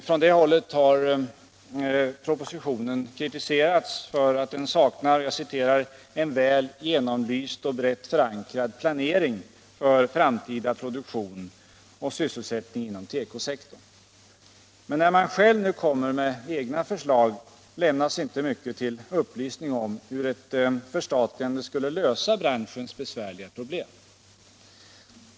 Från det hållet har propositionen kritiserats för att den — industrierna saknar ”en väl genomlyst och brett förankrad planering för framtida produktion och sysselsättning inom tekosektorn”. Men när man själv nu kommer med egna förslag lämnas inte mycket till upplysning om hur ett förstatligande skulle lösa branschens besvärliga situation.